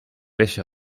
wäsche